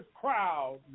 crowd